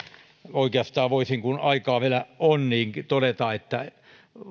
oikeastaan voisin kun aikaa vielä on todeta että